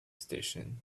station